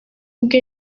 ubwe